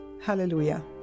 hallelujah